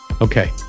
Okay